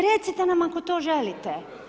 Recite nam ako to želite.